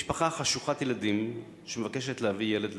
משפחה חשוכת ילדים שמבקשת להביא ילד לעולם,